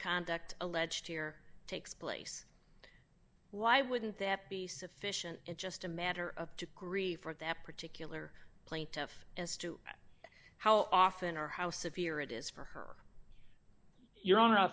conduct alleged here takes place why wouldn't that be sufficient just a matter of degree for that particular plaintiff as to how often or how severe it is for her your hon